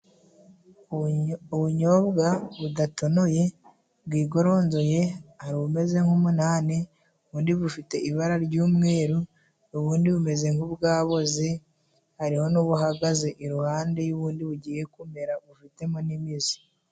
Ubunyobwa budatonoye bwigoronzoye hari ubumeze nk'umunani, ubundi bufite ibara ry'umweru, ubundi bumeze nk'ubwaboze, hariho n'ubuhagaze iruhande, y'ubundi bugiye kumera bufitetemo n'imizi.